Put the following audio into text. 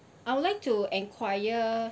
I would like to enquire